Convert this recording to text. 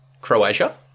Croatia